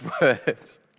words